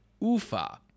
Ufa